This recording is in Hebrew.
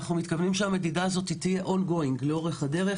אנחנו מתכוונים שהמדידה הזאת תתקיים לאורך הדרך,